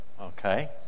okay